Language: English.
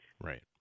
Right